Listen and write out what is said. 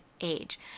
age